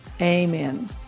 amen